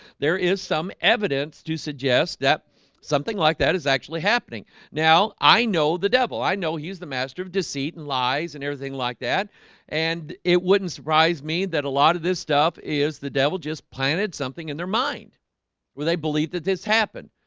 there is some evidence to suggest that something like that is actually happening now i know the devil i know he's the master of deceit and lies and everything like that and it wouldn't surprise me that a lot of this stuff is the devil just planted something in their mind where they believe that this happened,